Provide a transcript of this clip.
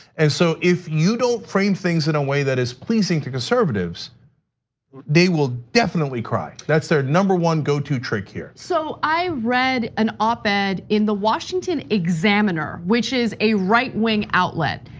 and so if you don't frame things in a way that is pleasing to conservatives they will definitely cry. that's their number one go to trick here. so i read an op ed in the washington examiner, which is a right wing outlet.